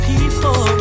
People